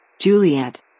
Juliet